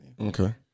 Okay